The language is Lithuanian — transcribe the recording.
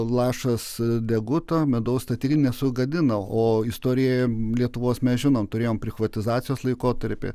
lašas deguto medaus statinę sugadina o istorijoje lietuvos mes žinom turėjome privatizacijos laikotarpį